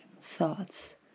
thoughts